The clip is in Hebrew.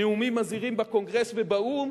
נאומים מזהירים בקונגרס ובאו"ם,